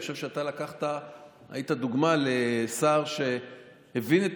אני חושב שאתה היית דוגמה לשר שהבין את